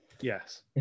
Yes